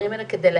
הקהילה,